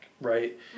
right